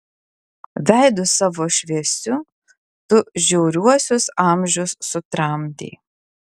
veidu savo šviesiu tu žiauriuosius amžius sutramdei